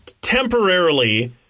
temporarily